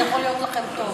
זה יכול להיות לכם טוב.